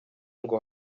ngo